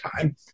time